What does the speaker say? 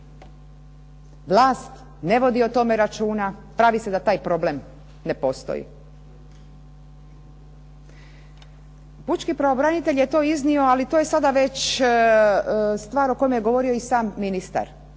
vlast ne vodi o tome računa, pravi se da taj problem ne postoji. Pučki pravobranitelj je to iznio, ali to je sada već stvar o kojima je govorio i sam ministar.